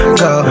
go